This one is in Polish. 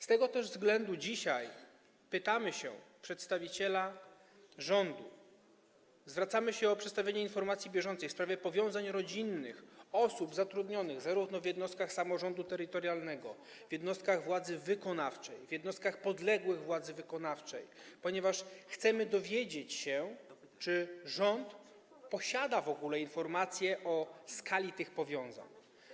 Z tego też względu dzisiaj pytamy się przedstawiciela rządu, zwracamy się o przedstawienie informacji bieżącej w sprawie powiązań rodzinnych osób zatrudnionych zarówno w jednostkach samorządu terytorialnego, w jednostkach władzy wykonawczej, jak i w jednostkach podległych władzy wykonawczej, ponieważ chcemy dowiedzieć się, czy rząd posiada w ogóle informacje o skali tych powiązań.